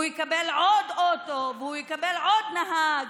והוא יקבל עוד אוטו, והוא יקבל עוד נהג,